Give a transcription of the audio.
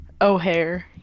O'Hare